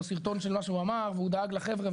סרטון של מה שהוא אמר והוא דאג לחבר'ה,